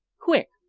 quick!